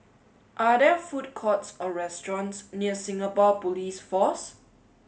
are there food courts or restaurants near Singapore Police Force